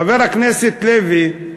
חבר הכנסת לוי,